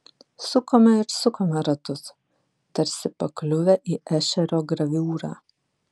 sukome ir sukome ratus tarsi pakliuvę į ešerio graviūrą